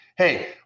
Hey